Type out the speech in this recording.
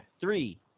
Three